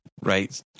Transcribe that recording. right